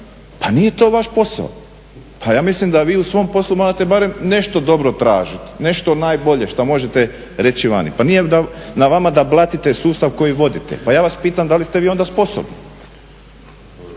pa nije to vaš posao, pa ja mislim da vi u svom poslu morate barem nešto dobro tražiti, nešto najbolje što možete reći vani, pa nije na vama da blatite sustav koji vodite. Pa ja vas pitam da li ste vi onda sposobni?